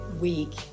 week